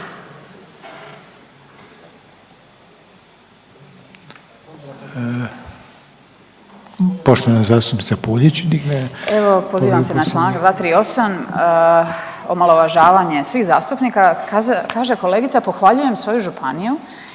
**Puljak, Marijana (Centar)** Evo pozivam se na Članak 238., omalovažavanje svih zastupnika. Kaže kolegica pohvaljujem svoju županiju,